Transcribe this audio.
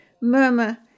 murmur